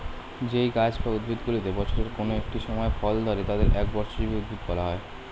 যেই গাছ বা উদ্ভিদগুলিতে বছরের কোন একটি সময় ফল ধরে তাদের একবর্ষজীবী উদ্ভিদ বলা হয়